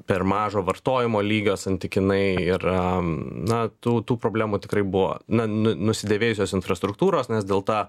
per mažo vartojimo lygio santykinai ir na tų tų problemų tikrai buvo na nu nu nusidėvėjusios infrastruktūros nes dėl to